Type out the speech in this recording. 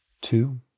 two